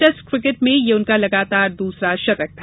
test cricket में यह उनका लगातार दूसरा शतक था